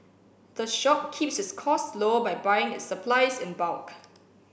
the shop keeps its costs low by buying its supplies in bulk